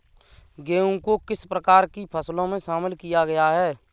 गेहूँ को किस प्रकार की फसलों में शामिल किया गया है?